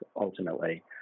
ultimately